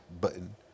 button